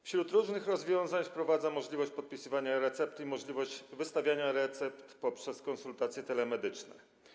Wśród różnych rozwiązań wprowadza możliwość podpisywania e-recepty i możliwość wystawiania recept poprzez konsultacje telemedyczne.